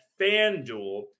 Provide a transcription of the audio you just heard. FanDuel